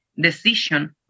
decision